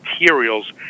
materials